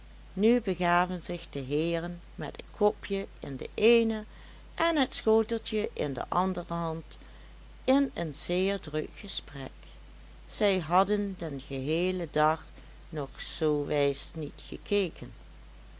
nu begaven zich de heeren met het kopje in de eene en het schoteltje in de andere hand in een zeer druk gesprek zij hadden den geheelen dag nog zoo wijs niet gekeken